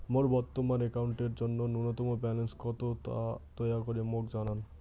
মোর বর্তমান অ্যাকাউন্টের জন্য ন্যূনতম ব্যালেন্স কত তা দয়া করি মোক জানান